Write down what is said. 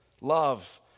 love